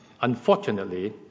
Unfortunately